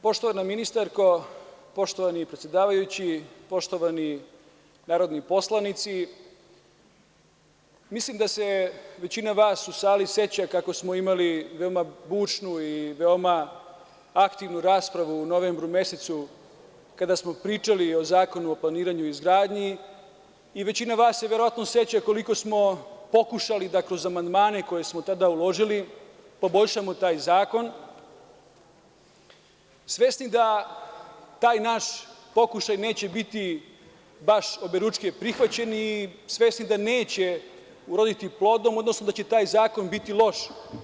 Poštovana ministarko, poštovani predsedavajući, poštovani narodni poslanici, mislim da se većina vas u sali seća kako smo imali veoma bučnu i veoma aktivnu raspravu u novembru mesecu, kada smo pričali o Zakonu o planiranju i izgradnji i većina vas se verovatno seća koliko smo pokušali da kroz amandmane koje smo tada uložili poboljšamo taj zakon, svesni da taj naš pokušaj neće biti baš oberučke prihvaćen i svesni da neće uroditi plodom, odnosno da će taj zakon biti loš.